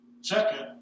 second